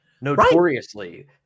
notoriously